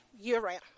year-round